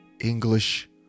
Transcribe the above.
English